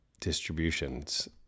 distributions